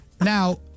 now